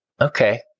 Okay